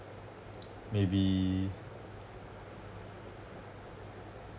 maybe